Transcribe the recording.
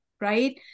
right